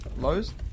Lows